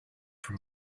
from